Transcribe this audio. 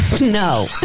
No